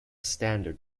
standard